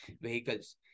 vehicles